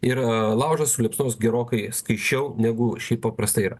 ir laužas suliepsnos gerokai skaisčiau negu šiaip paprastai yra